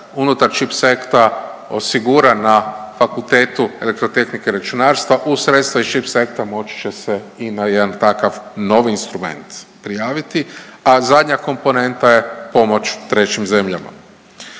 unutar čip seta osigura na FER-u uz sredstva iz čip seta moći će se i na jedan takav novi instrument prijaviti, a zadnja komponenta je pomoć trećim zemljama.